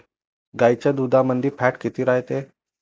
गाईच्या दुधामंदी फॅट किती रायते?